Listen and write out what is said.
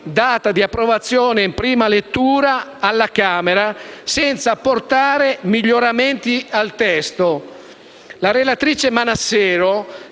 La relatrice Manassero,